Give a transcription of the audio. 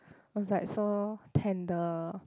it was like so tender